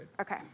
Okay